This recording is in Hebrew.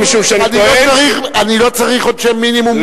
אני לא צריך עונשי מינימום,